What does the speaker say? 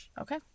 Okay